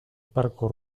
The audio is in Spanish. barco